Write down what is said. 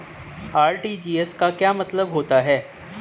RTGS का क्या मतलब होता है?